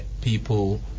people